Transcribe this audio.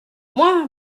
moi